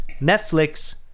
Netflix